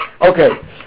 Okay